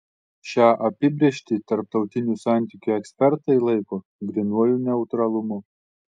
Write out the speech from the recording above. šią apibrėžtį tarptautinių santykių ekspertai laiko grynuoju neutralumu